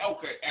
Okay